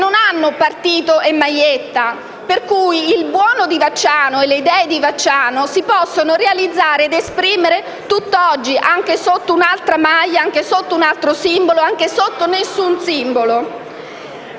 non hanno partito e maglietta. Per cui il buono di Vacciano e le idee di Vacciano si possono realizzare ed esprimere tutt'oggi, anche sotto un'altra maglia, anche sotto un altro simbolo, anche sotto nessun simbolo.